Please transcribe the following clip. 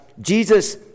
Jesus